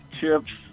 Chips